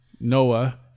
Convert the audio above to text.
Noah